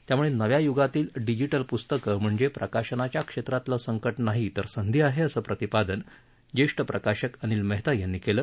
त्यामूळे नव्या य्गातली डिजिटल प्स्तकं म्हणजे प्रकाशनाच्या क्षेत्रातलं संकट नाही तर संधी आहे असं प्रतिपादन ज्येष्ठ प्रकाशक अनिल मेहता यांनी केलं